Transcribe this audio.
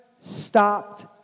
stopped